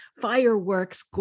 fireworks